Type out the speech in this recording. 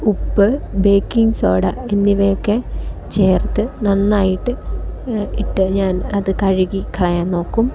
ഉപ്പ് baking soda എന്നിവയൊക്കെ ചേര്ത്ത് നന്നായിട്ട് ഇട്ട് ഞാന് അത് കഴുകിക്കളയാന് നോക്കും